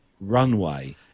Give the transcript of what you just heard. runway